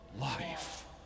life